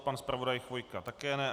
Pan zpravodaj Chvojka také ne.